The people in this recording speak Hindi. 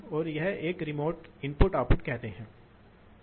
तब आम तौर पर दबाव प्रवाह संबंध द्विघात होता है